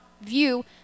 view